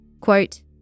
Quote